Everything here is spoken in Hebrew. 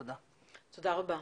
תודה רבה.